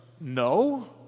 no